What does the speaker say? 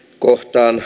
kohtaan